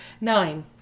Nine